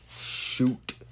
Shoot